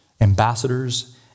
ambassadors